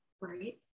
Right